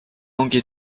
ongi